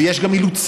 ויש גם אילוצים,